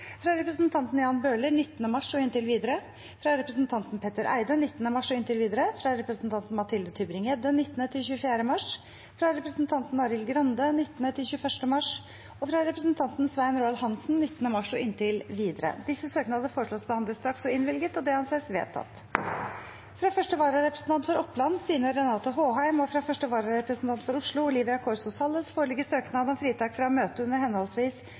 fra representanten Jan Bøhler 19. mars og inntil videre fra representanten Petter Eide 19. mars og inntil videre fra representanten Mathilde Tybring-Gjedde 19.–24. mars fra representanten Arild Grande 19.–21. mars fra representanten Svein Roald Hansen 19. mars og inntil videre Disse søknader foreslås behandlet straks og innvilget. – Det anses vedtatt. Fra første vararepresentant for Oppland, Stine Renate Håheim , og fra første vararepresentant for Oslo, Olivia Corso Salles , foreligger søknad om fritak fra å møte under henholdsvis